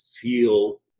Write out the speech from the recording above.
feel